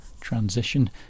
Transition